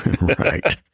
Right